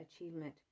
achievement